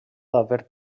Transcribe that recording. haver